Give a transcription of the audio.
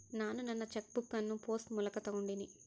ನಾನು ನನ್ನ cheque book ಅನ್ನು ಪೋಸ್ಟ್ ಮೂಲಕ ತೊಗೊಂಡಿನಿ